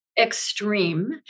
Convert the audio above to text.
Extreme